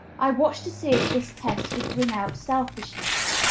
i watched to see if this test would bring out selfishness.